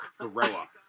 gorilla